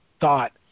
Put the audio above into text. thought